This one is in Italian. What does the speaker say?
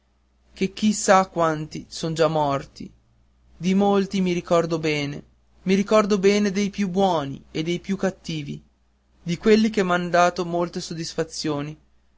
che chi sa quanti sono già morti di molti mi ricordo bene i ricordo bene dei più buoni e dei più cattivi di quelli che m'han dato molte soddisfazioni